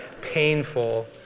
painful